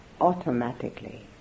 automatically